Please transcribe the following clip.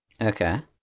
okay